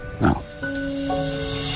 No